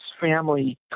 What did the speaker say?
family